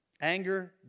Anger